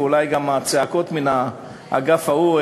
ואולי גם הצעקות מן האגף ההוא,